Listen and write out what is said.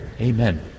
Amen